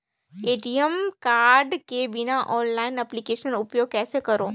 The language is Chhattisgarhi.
ए.टी.एम कारड के बिना ऑनलाइन एप्लिकेशन उपयोग कइसे करो?